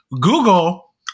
Google